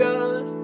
God